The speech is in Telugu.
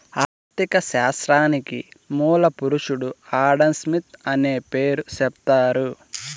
ఆర్ధిక శాస్త్రానికి మూల పురుషుడు ఆడంస్మిత్ అనే పేరు సెప్తారు